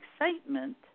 excitement